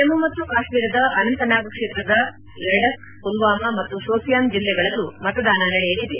ಜಮ್ಮ ಮತ್ತು ಕಾಶ್ಮೀರದ ಅನಂತ್ನಾಗ್ ಕ್ಷೇತ್ರದ ಲಡಕ್ ಪುಲ್ವಾಮಾ ಮತ್ತು ಶೋಪಿಯಾನ್ ಜಿಲ್ಲೆಗಳಲ್ಲೂ ಮತದಾನ ನಡೆಯಲಿದೆ